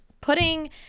putting